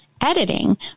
editing